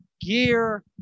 gear